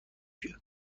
بیاد